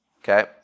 Okay